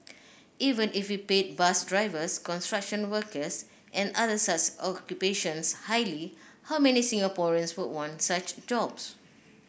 even if we paid bus drivers construction workers and other such occupations highly how many Singaporeans would want such jobs